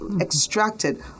extracted